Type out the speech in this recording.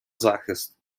захист